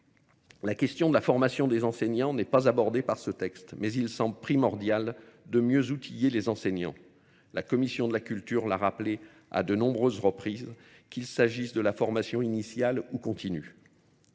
La question de la formation des enseignants n'est pas abordée par ce texte, mais il semble primordial de mieux outiller les enseignants. La Commission de la Culture l'a rappelé à de nombreuses reprises qu'il s'agisse de la formation initiale ou continue.